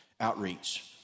outreach